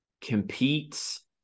competes